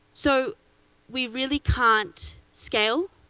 so we really can't scale.